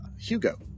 Hugo